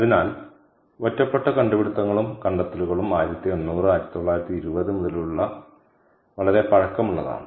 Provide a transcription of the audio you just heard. അതിനാൽ ഒറ്റപ്പെട്ട കണ്ടുപിടുത്തങ്ങളും കണ്ടെത്തലുകളും 1800 1920 മുതലുള്ള വളരെ പഴക്കമുള്ളതാണ്